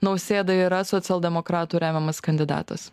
nausėda yra socialdemokratų remiamas kandidatas